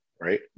right